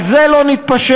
על זה לא נתפשר,